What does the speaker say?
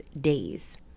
days